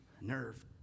Nerve